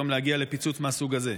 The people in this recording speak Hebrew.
יכולים להגיע פתאום לפיצוץ מהסוג הזה,